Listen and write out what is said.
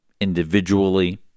individually